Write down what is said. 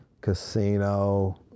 Casino